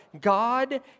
God